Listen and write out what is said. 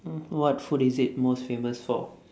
mm what food is it most famous for